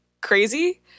crazy